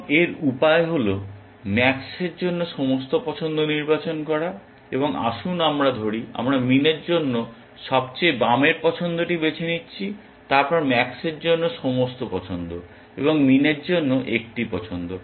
এবং এর উপায় হল ম্যাক্সের জন্য সমস্ত পছন্দ নির্বাচন করা এবং আসুন আমরা ধরি আমরা মিনের জন্য সবচেয়ে বামের পছন্দটি বেছে নিচ্ছি তারপর ম্যাক্সের জন্য সমস্ত পছন্দ এবং মিনের জন্য একটি পছন্দ